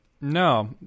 No